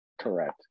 correct